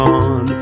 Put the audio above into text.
on